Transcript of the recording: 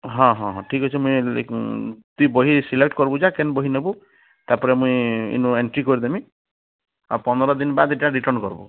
ହଁ ହଁ ଠିକ ଅଛି ମୁଇଁ ତୁଇ ବହି ସିଲେକ୍ଟ କରିବୁ ଯା କେନ୍ ବହି ନେବୁ ତାପରେ ମୁଇଁ ଇନୁ ଏନ୍ଟ୍ରୀ କରିଦେବି ଆଉ ପନ୍ଦର ଦିନ ବାଦ ଏଇଟା ରିଟର୍ନ କରିବୁ